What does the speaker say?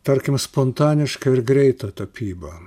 tarkim spontanišką ir greitą tapybą